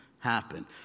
happen